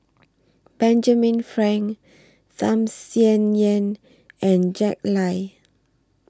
Benjamin Frank Tham Sien Yen and Jack Lai